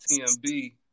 tmb